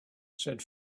said